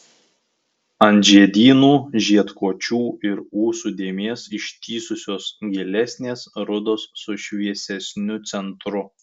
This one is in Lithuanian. ant žiedynų žiedkočių ir ūsų dėmės ištįsusios gilesnės rudos su šviesesniu centru